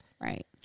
Right